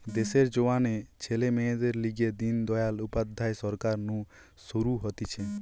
দেশের জোয়ান ছেলে মেয়েদের লিগে দিন দয়াল উপাধ্যায় সরকার নু শুরু হতিছে